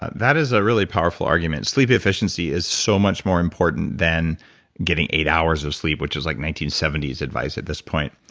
that is a really powerful argument. sleep efficiency is so much more important than getting eight hours of sleep, which is like nineteen seventy s advice at this point.